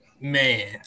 man